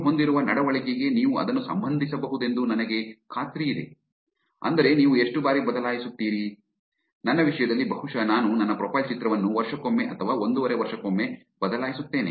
ನೀವು ಹೊಂದಿರುವ ನಡವಳಿಕೆಗೆ ನೀವು ಅದನ್ನು ಸಂಬಂಧಿಸಬಹುದೆಂದು ನನಗೆ ಖಾತ್ರಿಯಿದೆ ಅಂದರೆ ನೀವು ಎಷ್ಟು ಬಾರಿ ಬದಲಾಯಿಸುತ್ತೀರಿ ನನ್ನ ವಿಷಯದಲ್ಲಿ ಬಹುಶಃ ನಾನು ನನ್ನ ಪ್ರೊಫೈಲ್ ಚಿತ್ರವನ್ನು ವರ್ಷಕ್ಕೊಮ್ಮೆ ಅಥವಾ ಒಂದೂವರೆ ವರ್ಷಕ್ಕೆ ಒಮ್ಮೆ ಬದಲಾಯಿಸುತ್ತೇನೆ